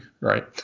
Right